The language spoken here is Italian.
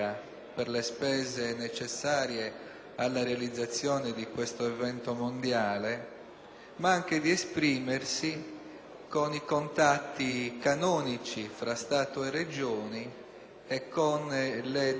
ma anche di esprimersi con i contatti canonici tra Stato e Regioni e con le deliberazioni di provvedimenti, le ordinanze della Protezione civile.